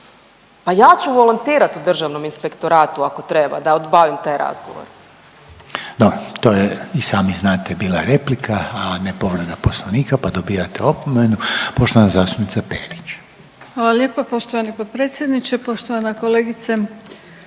Pa ja ću volontirat u državnom inspektoratu ako treba da obavim taj razgovor. **Reiner, Željko (HDZ)** Dobro, to je i sami znate bila replika, a ne povreda poslovnika, pa dobijate opomenu. Poštovana zastupnica Perić. **Perić, Grozdana (HDZ)** Hvala lijepo poštovani potpredsjedniče. Poštovana kolegice